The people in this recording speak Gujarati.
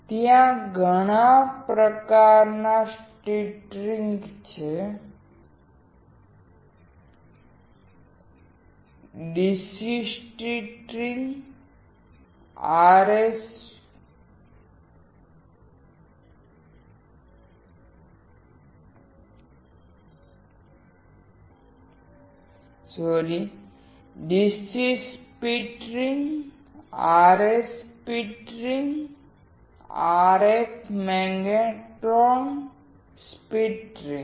ત્યાં ઘણા પ્રકારના સ્પટરિંગ છે DC sputtering RS sputtering RF magnetron sputtering